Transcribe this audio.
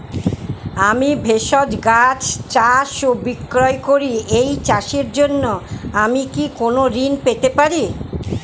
আমি ভেষজ গাছ চাষ ও বিক্রয় করি এই চাষের জন্য আমি কি কোন ঋণ পেতে পারি?